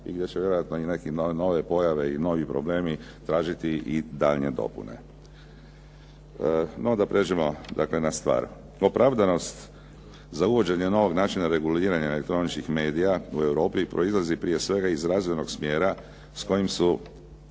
i gdje će vjerojatno i neke nove pojave i novi problemi tražiti i daljnje dopune. No da pređemo dakle na stvar. Opravdanost za uvođenje novog načina reguliranja elektroničkih medija u Europi proizlazi prije svega iz razvojnog smjera s kojim su